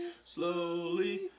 slowly